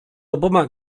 oboma